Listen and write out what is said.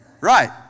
Right